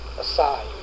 aside